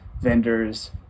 vendors